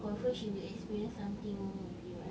confirm she may experience something already right